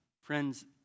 Friends